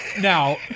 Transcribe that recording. Now